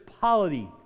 polity